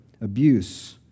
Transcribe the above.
abuse